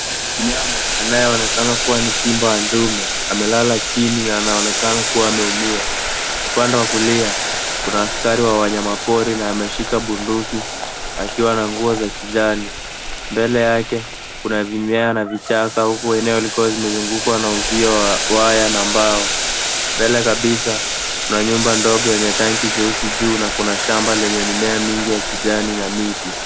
Mnyama anayeonekana kuwa ni simba wa ndume. Amelala chini na anonekana kuwa ameumia. Upande wa kulia kuna askari wa wanyamapori na ameshika bunduki akiwa na nguo za kijani. Mbele yake kuna mimea na vichaka, huku eneo likiwa limezungukwa na uzio wa waya na mbao. Mbele kabisa kuna nyumba ndogo yenye tanki jeusi juu na kuna shamba lenye mimea mingi ya kijani na miti.